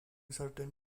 certain